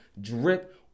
drip